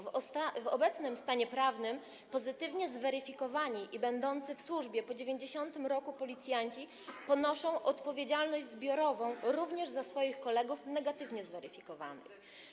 W obecnym stanie prawnym pozytywnie zweryfikowani i będący w służbie po 1990 r. policjanci ponoszą odpowiedzialność zbiorową również za swoich kolegów negatywnie zweryfikowanych.